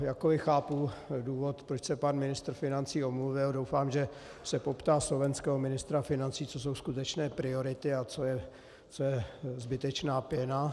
Jakkoli chápu důvod, proč se pan ministr financí omluvil, doufám, že se poptá slovenského ministra financí, co jsou skutečné priority a co je zbytečná pěna.